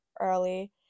early